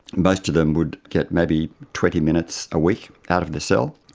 most of them would get maybe twenty minutes a week out of the cell.